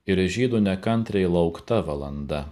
ir žydų nekantriai laukta valanda